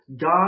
God